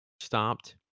stopped